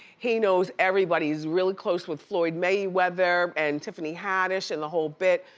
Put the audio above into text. he knows everybody, he's really close with floyd mayweather and tiffany haddish and the whole bit.